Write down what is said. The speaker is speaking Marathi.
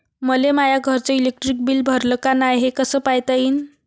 मले माया घरचं इलेक्ट्रिक बिल भरलं का नाय, हे कस पायता येईन?